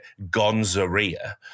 Gonzaria